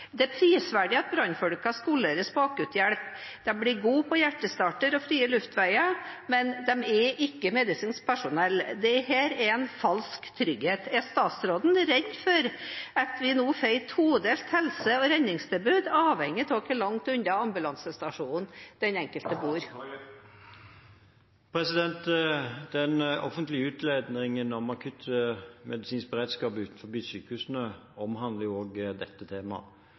Det er prisverdig at brannfolkene skoleres i akutthjelp. De blir gode på hjertestartere og frie luftveier, men de er ikke medisinsk personell. Dette er en falsk trygghet. Er statsråden redd for at vi nå får et todelt helse- og redningstilbud, avhengig av hvor langt unna ambulansestasjonen den enkelte bor? Den offentlige utredningen om akuttmedisinsk beredskap utenfor sykehusene omhandler også dette